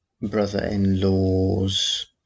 brother-in-law's